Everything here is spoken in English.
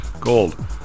Gold